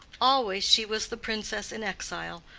always she was the princess in exile,